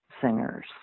singers